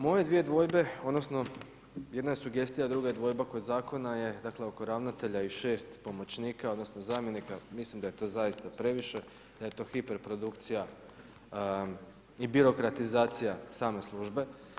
Moje dvije dvojbe odnosno jedna je sugestija, a druga dvojba kod zakona je kod ravnatelja i šest pomoćnika odnosno zamjenika, mislim da je to zaista previše, da je to hiperprodukcija i birokratizacija same službe.